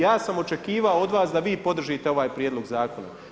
Ja sam očekivao od vas da vi podržite ovaj prijedlog zakona.